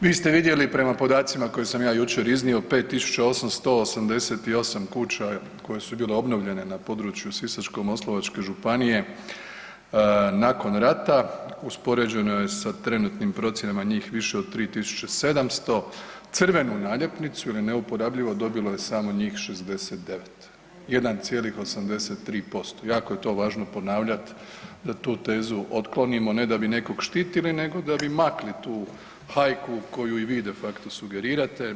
Vi ste vidjeli prema podacima koje sam ja jučer iznio 5.888 kuća koje su bile obnovljene na području Sisačko-moslavačke županije nakon rata uspoređene sa trenutnim procjenama njih više od 3.700 crvenu naljepnicu ili neuporabljivo dobilo je samo njih 69, 1,83% jako je to važno ponavljat da tu tezu otklonimo, ne da bi nekog štitili nego da bi makli tu hajku koju i vi de facto sugerirate.